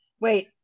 wait